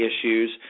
issues